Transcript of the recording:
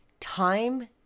Time